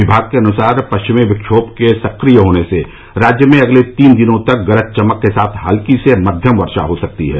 विभाग के अनुसार पश्चिमी विक्षोम के सक्रिय होने से राज्य में अगले तीन दिनों तक गरज चमक के साथ हल्की से मध्यम वर्षा हो सकती है